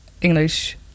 english